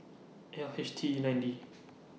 L H T E nine D